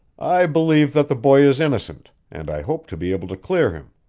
i believe that the boy is innocent, and i hope to be able to clear him.